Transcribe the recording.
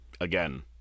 Again